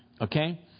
okay